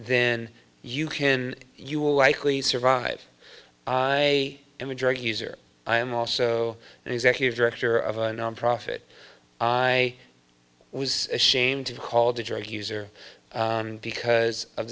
then you can you will likely survive i am a drug user i am also an executive director of a nonprofit i was ashamed to call the drug user because of